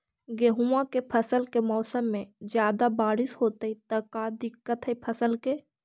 गेहुआ के फसल के मौसम में ज्यादा बारिश होतई त का दिक्कत हैं फसल के?